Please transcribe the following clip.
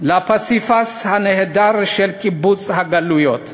לפסיפס הנהדר של קיבוץ הגלויות.